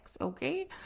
okay